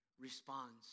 responds